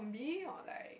~bi or like